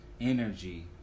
energy